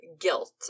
guilt